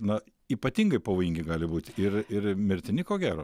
na ypatingai pavojingi gali būti ir ir mirtini ko gero